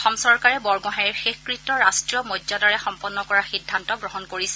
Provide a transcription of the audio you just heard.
অসম চৰকাৰে বৰগোহাঞিৰ শেষকৃত্য ৰাষ্ট্ৰীয় মৰ্যাদাৰে সম্পন্ন কৰাৰ সিদ্ধান্ত গ্ৰহণ কৰিছে